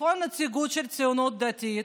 איפה הנציגות של הציונות הדתית?